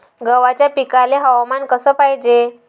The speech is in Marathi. गव्हाच्या पिकाले हवामान कस पायजे?